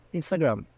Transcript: Instagram